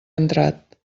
entrat